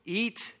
eat